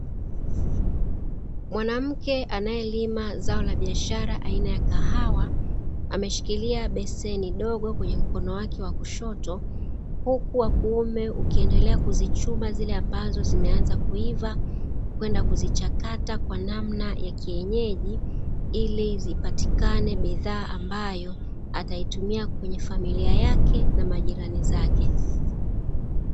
Mwanamke anayelima zao la biashara aina kahawa, ameshikilia beseni dogo kwenye mkono wake wa kushoto, huku wa kuume ukiendelea kuzichuma zile ambazo zimeanza kuiva kwenda kuzichakata kwa namna ya kienyeji, ili zipatikane bidhaa ambayo ataitumia kwenye familia yake na majirani zake.